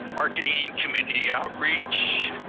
marketing committee outreach.